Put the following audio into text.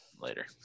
Later